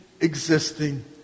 existing